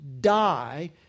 die